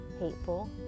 hateful